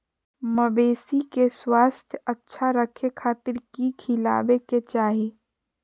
मवेसी के स्वास्थ्य अच्छा रखे खातिर की खिलावे के चाही?